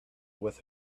with